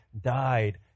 died